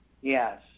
Yes